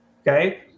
Okay